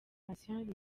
patient